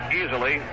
easily